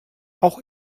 auch